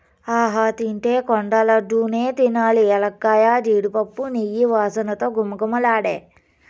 ఆహా తింటే కొండ లడ్డూ నే తినాలి ఎలక్కాయ, జీడిపప్పు, నెయ్యి వాసనతో ఘుమఘుమలాడే